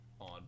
on